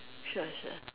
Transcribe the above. sure sure